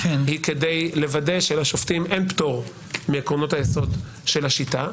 היא כדי לוודא שלשופטים אין פטור מעקרונות היסוד של השיטה,